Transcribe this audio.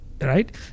right